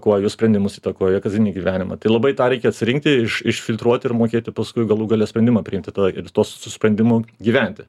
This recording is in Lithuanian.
kuo jų sprendimus įtakoja kasdienį gyvenimą tai labai tą reikia atsirinkti iš išfiltruoti ir mokėti paskui galų gale sprendimą priimti tą ir tuo su sprendimu gyventi